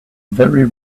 very